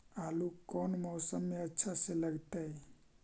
आलू कौन मौसम में अच्छा से लगतैई?